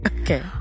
Okay